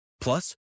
Plus